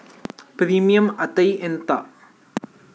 Premium అత్తే ఎంత?